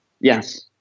Yes